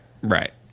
Right